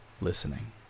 listening